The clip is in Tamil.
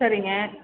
சரிங்க